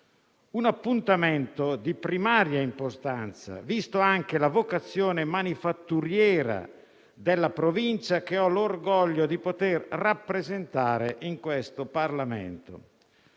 un appuntamento di primaria importanza, vista anche la vocazione manifatturiera della provincia che ho l'orgoglio di rappresentare in questo Parlamento.